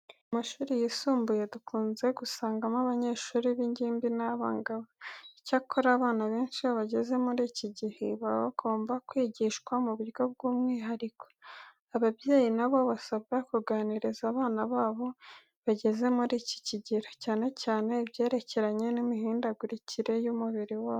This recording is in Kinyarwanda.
Mu mashuri yisumbuye dukunze gusangamo abanyeshuri b'ingimbi n'abangavu. Icyakora, abana benshi iyo bageze muri iki gihe, baba bagomba kwigishwa mu buryo bw'umwihariko. Ababyeyi na bo basabwa kuganiriza abana babo bageze muri iki kigero, cyane cyane ibyerekeranye n'imihindagurikire y'umubiri wabo.